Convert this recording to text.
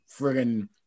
friggin